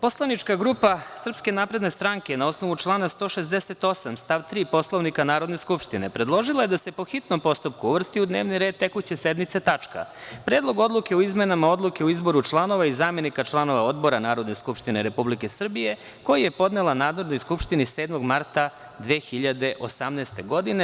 Poslanička grupa SNS, na osnovu člana 168. stav 3. Poslovnika Narodne skupštine, predložila je da se po hitnom postupku uvrsti u dnevni red tekuće sednice tačka – Predlog odluke o izmenama Odluke o izboru članova i zamenika članova Odbora Narodne skupštine Republike Srbije, koji je podnela Narodnoj skupštini 7. marta 2018. godine.